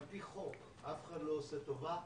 על פי חוק אף אחד לא עושה טובה,